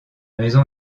maison